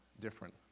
different